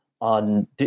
on